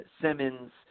Simmons